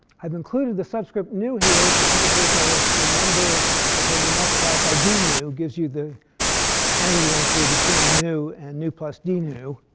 i've included the subscript nu here to indicate that it's the number which, when you multiply it by d nu, gives you the energy density between nu and nu plus d nu.